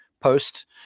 post